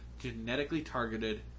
genetically-targeted